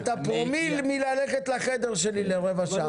קארה, אתה פרומיל מללכת לחדר שלי לרבע שעה.